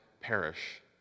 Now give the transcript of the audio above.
perish